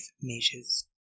measures